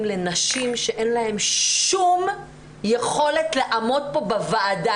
לנשים שאין להן שום יכולת לעמוד כאן בוועדה.